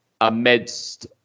amidst